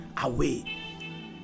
away